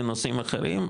לנושאים אחרים,